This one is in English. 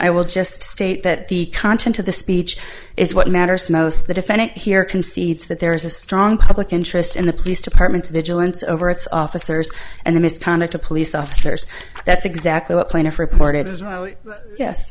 i will just state that the content of the speech is what matters most the defendant here concedes that there is a strong public interest in the police department's vigilance over its officers and the misconduct police officers that's exactly what plaintiff reported as well yes